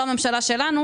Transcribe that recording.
לא הממשלה שלנו